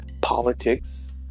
politics